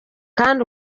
kandi